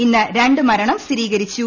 ഇന്ന് രണ്ട് മരണം സ്ഥിരീകരിച്ചു